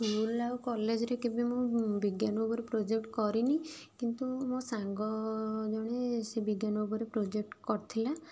school ଆଉ କଲେଜରେ କେବେ ମୁଁ ବିଜ୍ଞାନ ଉପରେ ପ୍ରୋଜେକ୍ଟ କରିନି କିନ୍ତୁ ମୋ ସାଙ୍ଗ ଜଣେ ସେ ବିଜ୍ଞାନ ଉପରେ ପ୍ରୋଜେକ୍ଟ କରିଥିଲା